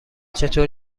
چطور